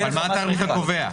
אבל מה התאריך הקובע?